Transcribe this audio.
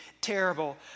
terrible